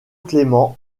clément